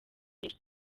henshi